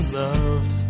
loved